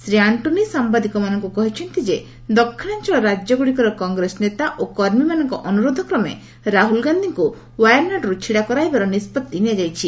ଶ୍ରୀ ଆଣ୍ଟ୍ରୋନି ସାମ୍ବାଦିକମାନଙ୍କୁ କହିଛନ୍ତି ଯେ ଦକ୍ଷିଣାଞ୍ଚଳ ରାଜ୍ୟଗୁଡ଼ିକର କଂଗ୍ରେସ ନେତା ଓ କର୍ମୀମାନଙ୍କ ଅନୁରୋଧକ୍ରମେ ରାହୁଲ ଗାନ୍ଧିଙ୍କୁ ୱାୟାନାଡ଼ରୁ ଛିଡ଼ା କରାଇବାର ନିଷ୍ପଭି ନିଆଯାଇଛି